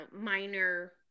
minor